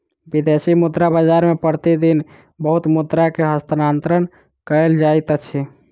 विदेशी मुद्रा बाजार मे प्रति दिन बहुत मुद्रा के हस्तांतरण कयल जाइत अछि